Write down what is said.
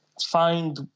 find